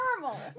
Normal